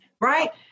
right